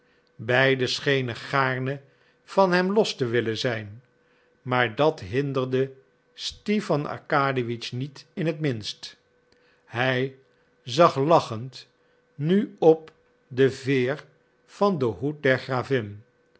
beiden schenen gaarne van hem los te willen zijn maar dat hinderde stipan arkadiewitsch niet in het minst hij zag lachend nu op de veer van den hoed der gravin